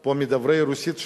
פה מדוברי הרוסית,